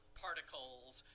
particles